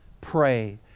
Pray